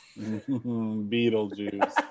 Beetlejuice